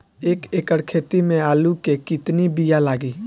एक एकड़ खेती में आलू के कितनी विया लागी?